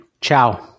Ciao